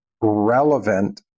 relevant